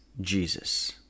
Jesus